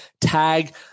tag